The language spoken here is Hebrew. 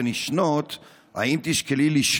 זה המצב